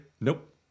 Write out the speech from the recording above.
Nope